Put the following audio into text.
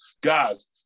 guys